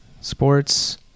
Sports